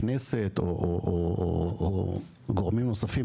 הכנסת או גורמים נוספים,